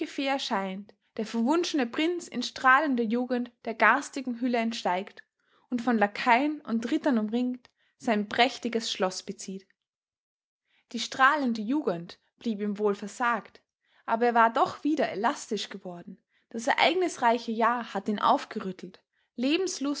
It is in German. erscheint der verwunschene prinz in strahlender jugend der garstigen hülle entsteigt und von lakaien und rittern umringt sein prächtiges schloß bezieht die strahlende jugend blieb ihm wohl versagt aber er war doch wieder elastisch geworden das ereignisreiche jahr hatte ihn aufgerüttelt lebenslust